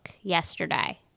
yesterday